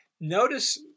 Notice